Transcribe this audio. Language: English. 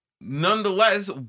nonetheless